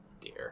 dear